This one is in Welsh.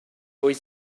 wyt